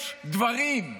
יש דברים,